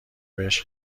بهش